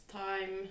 time